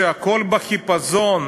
שהכול בחיפזון,